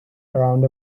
around